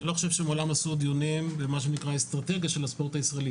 אני לא חושב שמעולם עשו דיונים באסטרטגיה של הספורט הישראלי,